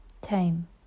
Time